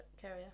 carrier